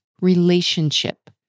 relationship